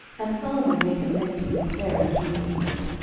and solomon made affinity with pharaoh king of egypt,